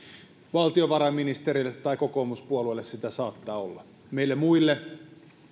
valtiovarainministerille tai kokoomuspuolueelle se sitä saattaa olla meille muille